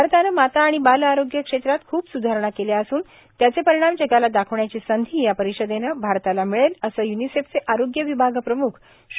भारतानं माता आणि बाल आरोग्य क्षेत्रात खूप स्धारणा केल्या असून त्याचे परिणाम जगाला दाखवण्याची संधी या परिषदेनं भारताला मिळेल असं य्निसेफचे आरोग्य विभाग प्रम्ख श्री